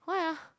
why ah